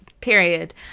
Period